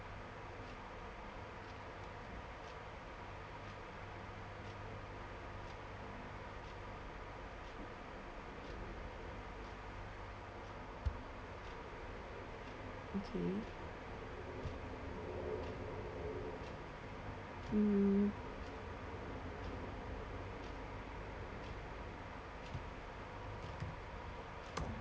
okay mm